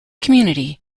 community